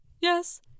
Yes